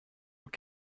were